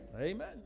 Amen